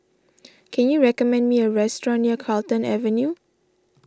can you recommend me a restaurant near Carlton Avenue